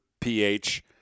PH